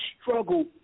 struggle